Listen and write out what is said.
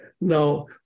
Now